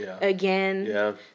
again